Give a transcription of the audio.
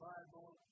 Bible